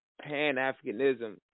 pan-Africanism